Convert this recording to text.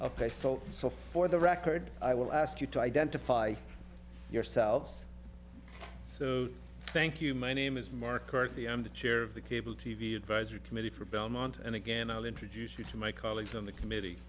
here so for the record i will ask you to identify yourselves so thank you my name is mark kirk the i'm the chair of the cable t v advisory committee for belmont and again i'll introduce you to my colleagues on the committee